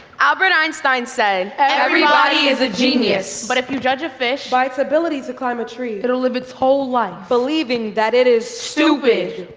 albert einstein said everybody is a genius. but if you judge a fish by its ability to climb a tree it'll live it's whole life believing that it is stupid.